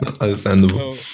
Understandable